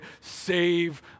save